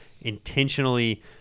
intentionally